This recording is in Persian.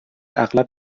اغلب